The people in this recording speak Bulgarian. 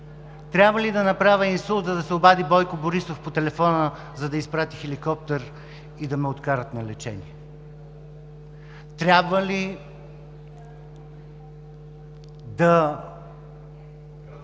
Трябва да направя инсулт, за да се обади Бойко Борисов по телефона, за да изпрати хеликоптер и да ме откарат на лечение? Трябва ли да